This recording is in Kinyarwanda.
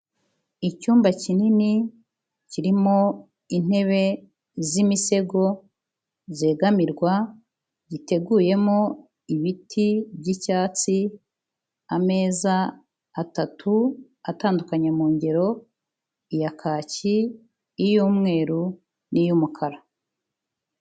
icyumba kinini kirimo intebe z'imisego zegamirwa, giteguyemo ibiti by'icyatsi, ameza atatu atandukanye mu ngero ya kaki, iy'umweru n'iy'umukara.